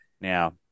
Now